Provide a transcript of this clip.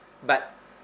but